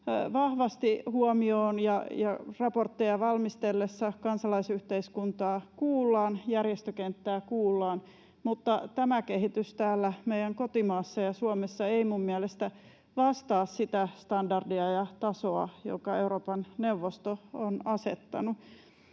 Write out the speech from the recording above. vahvasti huomioon ja raportteja valmistellessa kansalaisyhteiskuntaa kuullaan, järjestökenttää kuullaan, mutta tämä kehitys täällä meidän kotimaassamme ja Suomessa ei minun mielestäni vastaa sitä standardia ja tasoa, jonka Euroopan neuvosto on asettanut.